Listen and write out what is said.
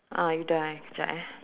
ah you dah eh jap eh